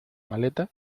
maleta